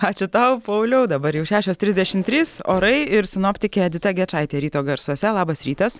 ačiū tau pauliau dabar jau šešios trisdešim trys orai ir sinoptikė edita gečaitė ryto garsuose labas rytas